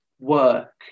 work